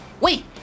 Wait